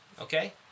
Okay